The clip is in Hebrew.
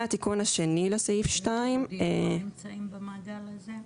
והתיקון השני לסעיף 2. בני דודים לא נמצאים במעגל הזה?